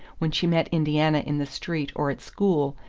when she met indiana in the street or at school,